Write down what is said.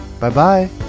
Bye-bye